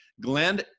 Glenn